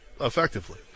effectively